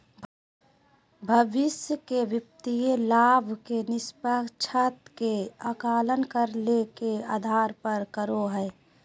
भविष्य के वित्तीय लाभ के निष्पक्षता के आकलन करे ले के आधार प्रदान करो हइ?